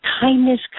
kindness